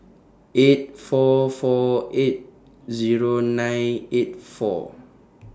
eight four four eight Zero nine eight four